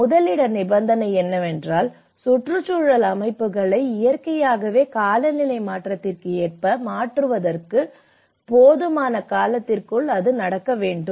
முதலிட நிபந்தனை என்னவென்றால் சுற்றுச்சூழல் அமைப்புகள் இயற்கையாகவே காலநிலை மாற்றத்திற்கு ஏற்ப மாற்றுவதற்கு போதுமான காலத்திற்குள் அது நடக்க வேண்டும்